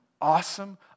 awesome